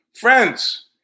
friends